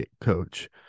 coach